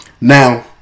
Now